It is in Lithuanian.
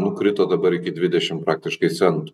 nukrito dabar iki dvidešim praktiškai centų